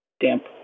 damp